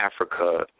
Africa